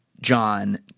John